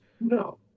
no